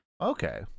Okay